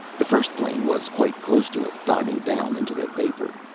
the first plane was quite close to it, diving down into the vapor.